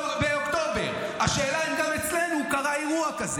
מעל 70 שנה, כי, תגיד, אתה יודע כמה כסף זה?